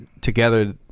together